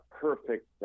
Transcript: perfect